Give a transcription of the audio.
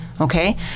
Okay